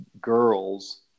girls